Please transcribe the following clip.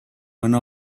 one